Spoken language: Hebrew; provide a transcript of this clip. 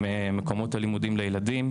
עם מקומות הלימודים לילדים,